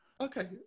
Okay